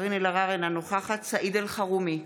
אינה נוכח סעיד אלחרומי,